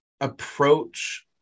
approach